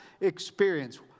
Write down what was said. experience